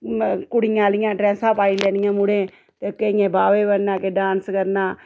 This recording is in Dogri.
कुड़ियां आह्लियां ड्रैसां पाई लैनियां मुड़ें ते केइयें बाबे बनना केईं डांस करना